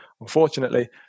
Unfortunately